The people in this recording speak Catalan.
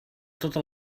tota